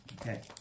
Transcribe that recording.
Okay